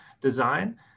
design